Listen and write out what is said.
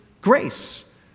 grace